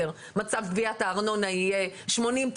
10 מצב גביית הארנונה יהיה שמונים,